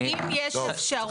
כי אם יש אפשרות פיזית.